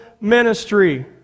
ministry